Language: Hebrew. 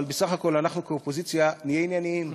אבל בסך הכול אנחנו כאופוזיציה נהיה ענייניים.